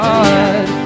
God